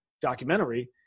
documentary